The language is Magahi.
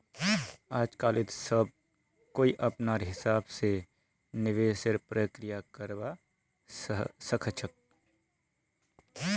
आजकालित सब कोई अपनार हिसाब स निवेशेर प्रक्रिया करवा सख छ